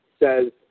says